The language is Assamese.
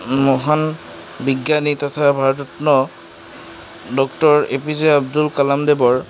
মহান বিজ্ঞানী তথা ভাৰতৰত্ন doctor A P J Abdul Kalam দেৱৰ